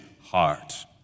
heart